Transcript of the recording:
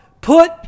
put